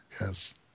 Yes